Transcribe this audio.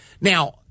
Now